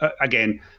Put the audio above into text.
again